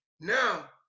Now